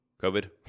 COVID